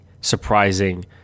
surprising